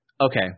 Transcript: Okay